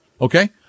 okay